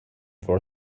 for